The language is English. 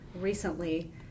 recently